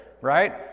right